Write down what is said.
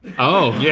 oh. yeah